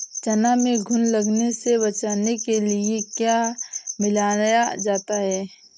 चना में घुन लगने से बचाने के लिए क्या मिलाया जाता है?